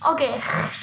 Okay